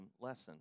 lesson